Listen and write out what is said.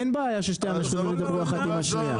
אין בעיה ששתי המשחטות ידברו אחת עם השנייה.